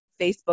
Facebook